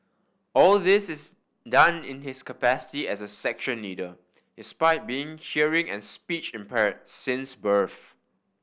all this is done in his capacity as a section leader despite being hearing and speech impair since birth